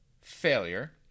failure